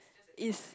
is